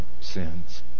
sins